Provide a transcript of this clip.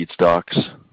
feedstocks